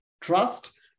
trust